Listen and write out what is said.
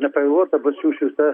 nepavėluota bus jų šita